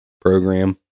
program